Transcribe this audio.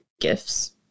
gifts